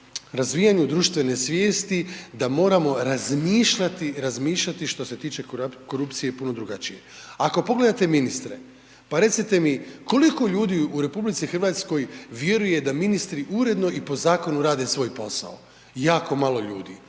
razvijanju društvene svijesti moramo razmišljati, razmišljati što se tiče korupcije puno drugačije. Ako pogledate ministre, pa recite mi koliko ljudi u RH vjeruje da ministri uredno i po zakonu rade svoj posao, jako malo ljudi,